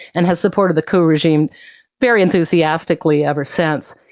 and has supported the coup regime very enthusiastically ever since.